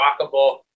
walkable